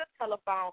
telephone